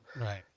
right